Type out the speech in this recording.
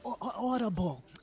Audible